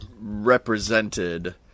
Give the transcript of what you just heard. represented